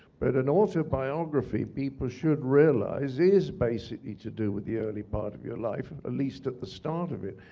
but an autobiography, people should realize, is basically to do with the early part of your life, at ah least at the start of it.